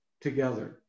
together